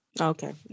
Okay